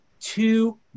two